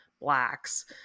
blacks